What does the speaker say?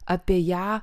apie ją